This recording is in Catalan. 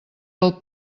del